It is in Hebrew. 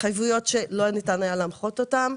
התחייבויות שלא ניתן היה להמחות אותן,